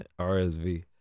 RSV